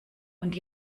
und